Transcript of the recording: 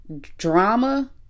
drama